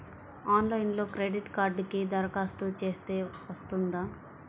ఆన్లైన్లో క్రెడిట్ కార్డ్కి దరఖాస్తు చేస్తే వస్తుందా?